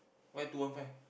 why two one five